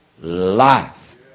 life